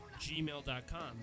gmail.com